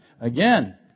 Again